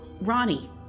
Ronnie